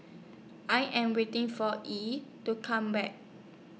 I Am waiting For E to Come Back